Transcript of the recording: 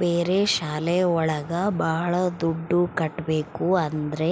ಬೇರೆ ಶಾಲೆ ಒಳಗ ಭಾಳ ದುಡ್ಡು ಕಟ್ಬೇಕು ಆದ್ರೆ